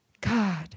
God